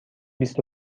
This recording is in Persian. بیست